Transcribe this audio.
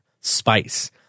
Spice